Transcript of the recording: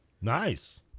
Nice